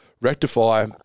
rectify